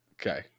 Okay